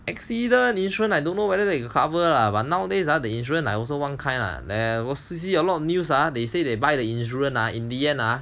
accident insurance I don't know whether they got cover lah but nowadays ah the insurance also one kind lah got see a lot of news ah they say they buy the insurance ah in the end ah